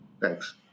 Thanks